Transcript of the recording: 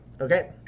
Okay